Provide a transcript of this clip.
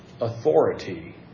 authority